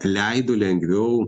leido lengviau